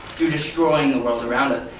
through destroying the world around us.